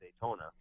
Daytona